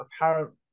apparent